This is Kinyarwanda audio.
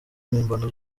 mpimbano